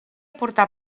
portar